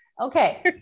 Okay